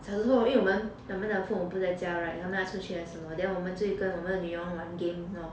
小时候因为我们的父母不在家 [right] 我们要出去还是什么 then 我们就跟我们的女佣玩 game 那种